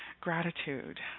gratitude